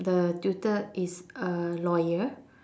the tutor is a lawyer